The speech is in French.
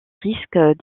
risques